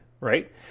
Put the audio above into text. right